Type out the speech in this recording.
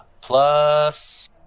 plus